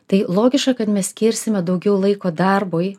tai logiška kad mes skirsime daugiau laiko darbui